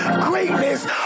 greatness